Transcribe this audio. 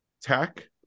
tech